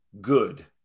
good